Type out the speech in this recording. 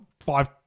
five